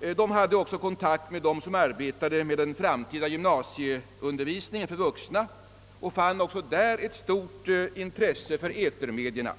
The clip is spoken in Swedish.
Utredningen tog också kontakt med dem som arbetade med den framtida gymnasieundervisningen för vuxna och fann även hos dem ett stort intresse för etermedierna.